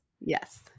Yes